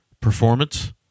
performance